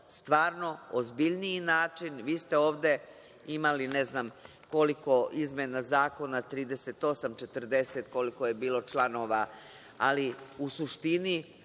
stvarno ozbiljniji način. Vi ste ovde imali ne znam koliko izmena zakona, 38 ili 40, ne znam koliko je bilo članova, ali, u suštini,